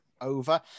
over